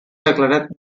declarat